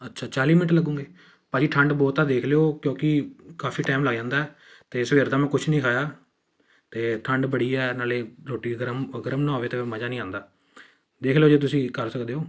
ਅੱਛਾ ਚਾਲੀ ਮਿੰਟ ਲੱਗੂਗੇ ਭਾਅ ਜੀ ਠੰਡ ਬਹੁਤ ਆ ਦੇਖ ਲਿਓ ਕਿਉਂਕਿ ਕਾਫੀ ਟਾਈਮ ਲੱਗ ਜਾਂਦਾ ਅਤੇ ਸਵੇਰ ਦਾ ਮੈਂ ਕੁਝ ਨਹੀਂ ਖਾਇਆ ਅਤੇ ਠੰਡ ਬੜੀ ਹੈ ਨਾਲੇ ਰੋਟੀ ਗਰਮ ਗਰਮ ਨਾ ਹੋਵੇ ਤਾਂ ਮਜ਼ਾ ਨਹੀਂ ਆਉਂਦਾ ਦੇਖ ਲਿਓ ਜੇ ਤੁਸੀਂ ਕਰ ਸਕਦੇ ਹੋ